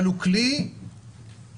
אבל הוא כלי דרקוני.